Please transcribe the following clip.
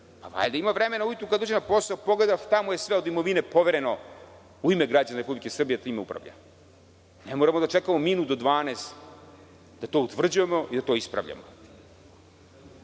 valjda ima vremena ujutru kad dođe na posao da pogleda šta mu je sve od imovine povereno u ime građana Republike Srbije da time upravlja. Ne moramo da čekamo minut do 12 da to utvrđujemo i da to ispravljamo. Imam